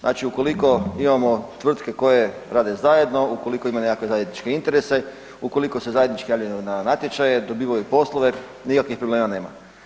Znači ukoliko imamo tvrtke koje rade zajedno, ukoliko imaju nekakve zajedničke interese, ukoliko se zajednički javljaju na natječaje, dobivaju poslove, nikakvih problema nema.